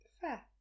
Fair